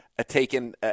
Taken